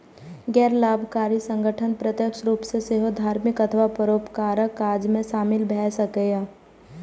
गैर लाभकारी संगठन प्रत्यक्ष रूप सं सेहो धार्मिक अथवा परोपकारक काज मे शामिल भए सकैए